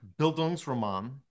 Bildungsroman